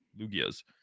lugias